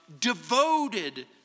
devoted